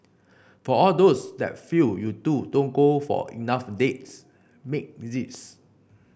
for all those that feel you two don't go for enough dates make this